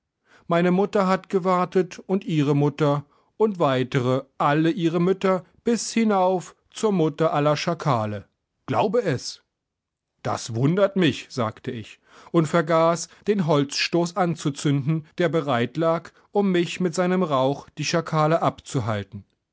meine mutter hat gewartet und ihre mutter und weiter alle ihre mütter bis hinauf zur mutter aller schakale glaube es das wundert mich sagte ich und vergaß den holzstoß anzuzünden der bereit lag um mit seinem rauch die schakale abzuhalten